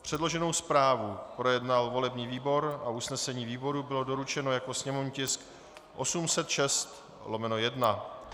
Předloženou zprávu projednal volební výbor a usnesení výboru bylo doručeno jako sněmovní tisk 806/1.